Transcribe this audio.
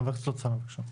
חבר הכנסת הרצנו, בקשה.